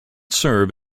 serve